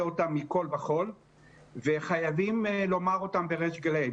אותן מכל וכל וחייבים לומר אותן בריש גלה.